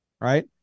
right